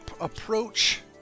approach